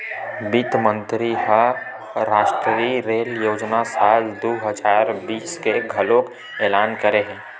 बित्त मंतरी ह रास्टीय रेल योजना साल दू हजार तीस के घलोक एलान करे हे